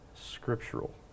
scriptural